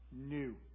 new